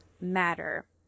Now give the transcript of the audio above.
matter